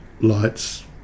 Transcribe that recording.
lights